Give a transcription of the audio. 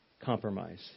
compromise